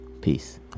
Peace